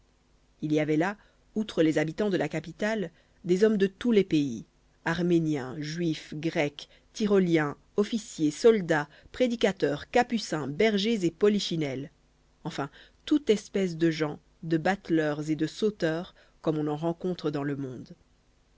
il y avait là outre les habitants de la capitale des hommes de tous les pays arméniens juifs grecs tyroliens officiers soldats prédicateurs capucins bergers et polichinelles enfin toute espèce de gens de bateleurs et de sauteurs comme on en rencontre dans le monde